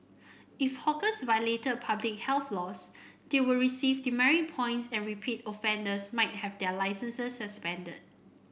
if hawkers violated public health laws they will receive demerit points and repeat offenders might have their licences suspended